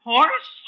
Horse